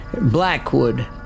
Blackwood